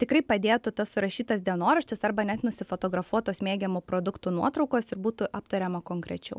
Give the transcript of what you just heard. tikrai padėtų tas surašytas dienoraštis arba net nusifotografuot tos mėgiamų produktų nuotraukos ir būtų aptariama konkrečiau